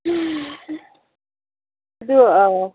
ꯑꯗꯨ